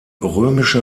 römische